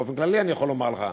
באופן כללי אני יכול לומר לך,